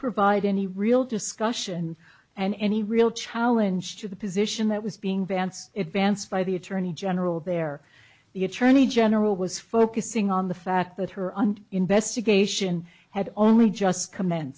provide any real discussion and any real challenge to the position that was being vance advanced by the attorney general there the attorney general was focusing on the fact that her own investigation had only just com